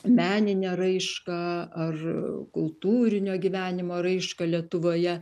meninę raišką ar kultūrinio gyvenimo raišką lietuvoje